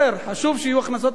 חשוב שיהיו הכנסות למדינה,